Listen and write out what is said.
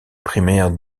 primaire